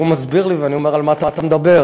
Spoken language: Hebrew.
הוא מסביר לי ואני אומר: על מה אתה מדבר?